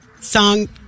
song